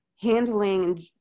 handling